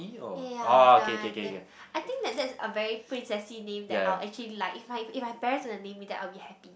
ya ya ya that one that I think that that's a very princessy name that I will actually like if my if my parents named me that I'll be happy